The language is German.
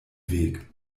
weg